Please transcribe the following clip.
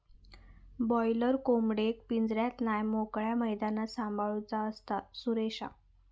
boiler कोंबडेक पिंजऱ्यात नाय मोकळ्या मैदानात सांभाळूचा असता, सुरेशा